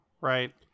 right